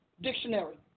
dictionary